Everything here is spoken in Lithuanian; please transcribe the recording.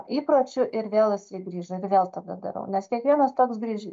įpročių ir vėl jisai grįžo ir vėl tada darau nes kiekvienas toks grįži